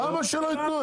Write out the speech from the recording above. למה שלא יתנו?